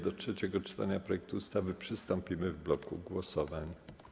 Do trzeciego czytania projektu ustawy przystąpimy w bloku głosowań.